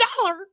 dollar